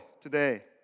today